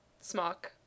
smock